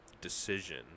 decision